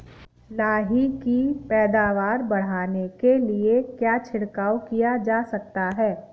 लाही की पैदावार बढ़ाने के लिए क्या छिड़काव किया जा सकता है?